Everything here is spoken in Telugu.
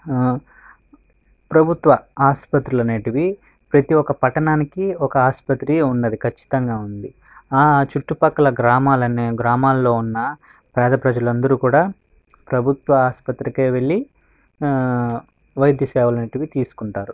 ప్రభుత్వ ఆసుపత్రులు అనేవి ప్రతి ఒక్క పట్టణానికి ఒక ఆసుపత్రి ఉన్నది ఖచ్చితంగా ఉంది ఆ చుట్టుపక్కల గ్రామాలు అన్నీ గ్రామాల్లో ఉన్న పేద ప్రజల అందరూ కూడా ప్రభుత్వ ఆసుపత్రికి వెళ్ళి ఆ వైద్యసేవలు అనేవి తీసుకుంటారు